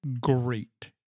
great